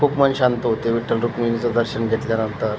खूप मन शांत होते विठ्ठल रुक्मिणीचे दर्शन घेतल्यानंतर